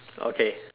okay